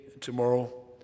tomorrow